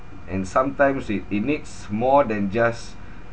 and sometimes it it needs more than just